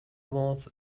was